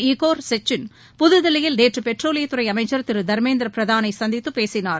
Igor Sechin புதுதில்லியில் நேற்றுபெட்ரோலியத்துறைஅமைச்சர் திருதர்மேந்திரபிரதானைசந்தித்துபேசினார்